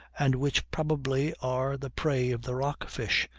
and which probably are the prey of the rockfish,